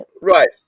Right